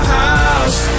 house